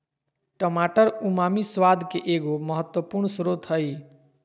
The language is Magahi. टमाटर उमामी स्वाद के एगो महत्वपूर्ण स्रोत हइ